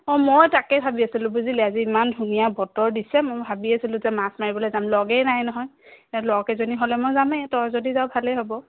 অঁ ময়ো তাকে ভাবি আছিলোঁ বুজিলি আজি ইমান ধুনীয়া বতৰ দিছে মই ভাবিয়ে আছিলোঁ যে মাছ মাৰিবলৈ যাম লগেই নাই নহয় লগ এজনী হ'লে মই যামে তই যদি যাৱ ভালে হ'ব